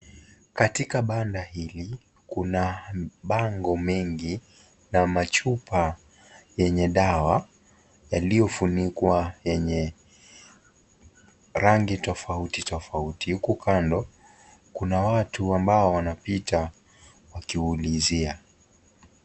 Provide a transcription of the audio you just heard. Katika banda hili, kuna bango mengi na machupa yenye dawa yaliyofunikwa yenye rangi tofauti tofauti. Huku kando kuna watu ambao wanapita wakiwaulizia.